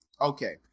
Okay